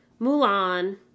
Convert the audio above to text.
Mulan